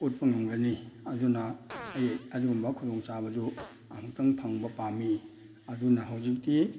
ꯎꯠꯄ ꯉꯝꯒꯅꯤ ꯑꯗꯨꯅ ꯑꯩ ꯑꯗꯨꯒꯨꯝꯕ ꯈꯨꯗꯣꯡ ꯆꯥꯕꯗꯨ ꯑꯃꯨꯛꯇꯪ ꯐꯪꯕ ꯄꯥꯝꯃꯤ ꯑꯗꯨꯅ ꯍꯧꯖꯤꯛꯇꯤ